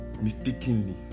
mistakenly